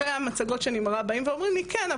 אחרי המצגות שאני מראה באים ואומרים לי: כן,